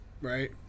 right